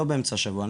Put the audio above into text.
לא באמצע השבוע,